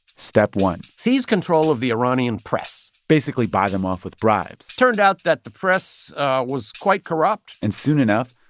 step one seize control of the iranian press basically buy them off with bribes it turned out that the press was quite corrupt and soon enough,